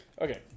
Okay